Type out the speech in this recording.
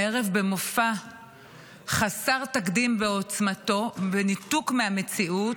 הערב, במופע חסר תקדים בעוצמתו, בניתוק מהמציאות,